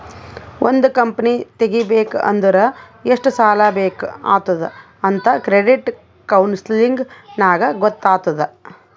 ಒಂದ್ ಕಂಪನಿ ತೆಗಿಬೇಕ್ ಅಂದುರ್ ಎಷ್ಟ್ ಸಾಲಾ ಬೇಕ್ ಆತ್ತುದ್ ಅಂತ್ ಕ್ರೆಡಿಟ್ ಕೌನ್ಸಲಿಂಗ್ ನಾಗ್ ಗೊತ್ತ್ ಆತ್ತುದ್